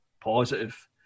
positive